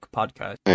Podcast